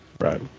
Right